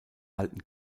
alten